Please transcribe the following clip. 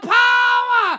power